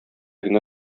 генә